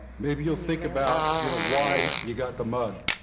maybe you will think about you know why you got the mug.